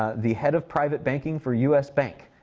ah the head of private banking for u s. bank,